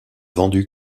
vendu